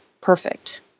perfect